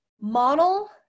model